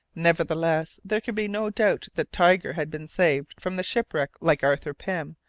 nevertheless, there could be no doubt that tiger had been saved from the shipwreck like arthur pym,